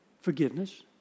Forgiveness